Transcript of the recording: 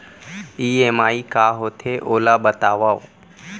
EMI का होथे, ओला बतावव